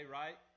right